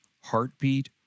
heartbeat